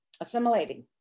assimilating